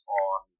on